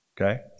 Okay